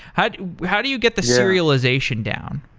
how do how do you get the serialization down?